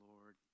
Lord